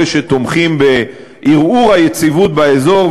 אלה שתומכים בערעור היציבות באזור,